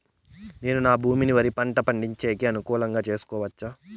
నేను నా భూమిని వరి పంట పండించేకి అనుకూలమా చేసుకోవచ్చా?